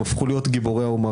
הם הפכו להיות גיבורי האומה.